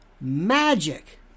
Magic